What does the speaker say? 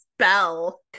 spell